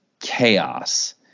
chaos